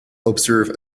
observe